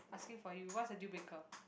asking for you what is the deal breaker